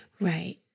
Right